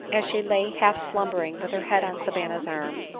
as she lay half slumbering with her head on savanna's arm,